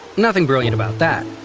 nothing brilliant about that.